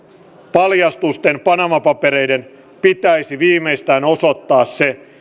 paljastusten panama papereiden pitäisi viimeistään osoittaa se